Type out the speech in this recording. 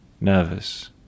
nervous